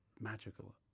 magical